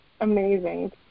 Amazing